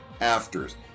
afters